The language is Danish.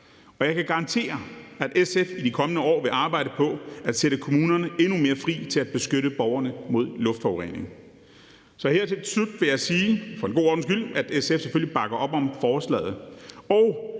og jeg kan garantere, at SF i de kommende år vil arbejde for at sætte kommunerne endnu mere fri til at beskytte borgerne mod luftforurening. Så her til slut vil jeg for god ordens skyld sige, at SF selvfølgelig bakker op om forslaget,